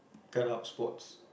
cut out sports